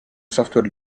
software